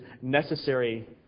necessary